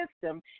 system